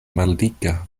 maldika